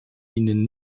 ihnen